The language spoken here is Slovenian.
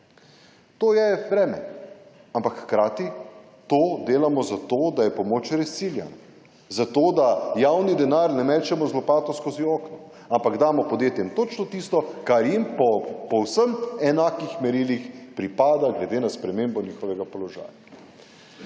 To je breme, ampak hkrati to delamo, zato da je pomoč res ciljana, zato da javni denar ne mečemo z lopato skozi okno, ampak damo podjetjem točno tisto, kar jim po vsem enakih merilih pripada glede na spremembo njihovega položaja.